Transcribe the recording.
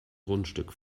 grundstück